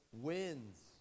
wins